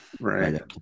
Right